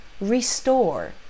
restore